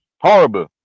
horrible